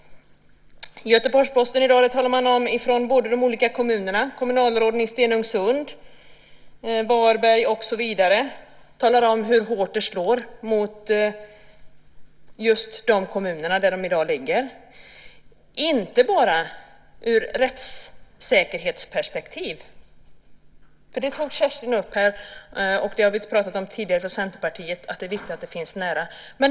I Göteborgs-Posten i dag talar kommunalråd från de olika kommunerna, Stenungsund, Varberg och så vidare, om hur hårt det slår mot just de kommuner där tingsrätterna i dag ligger. Det är inte bara ur rättssäkerhetsperspektiv. Det tog Kerstin upp här, och det har vi talat om tidigare från Centerpartiet, att det är viktigt att det finns en tingsrätt nära.